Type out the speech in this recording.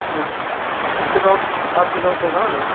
हाँ ह आपके गाँव के कौन आपके गाँव के प्रधान हैं